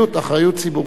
אחריות ציבורית גם.